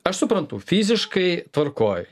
aš suprantu fiziškai tvarkoj